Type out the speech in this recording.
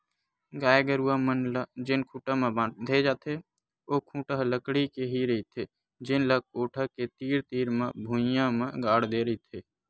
गाय गरूवा मन ल जेन खूटा म बांधे जाथे ओ खूटा ह लकड़ी के ही रहिथे जेन ल कोठा के तीर तीर म भुइयां म गाड़ दे रहिथे